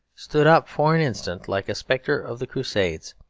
stood up for an instant like a spectre of the crusades.